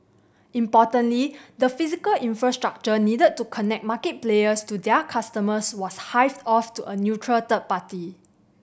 importantly the physical infrastructure needed to connect market players to their customers was hived off to a neutral third party